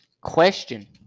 Question